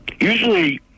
Usually